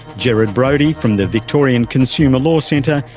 gerard brody from the victorian consumer law centre,